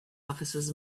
officers